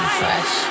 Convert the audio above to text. fresh